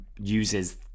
uses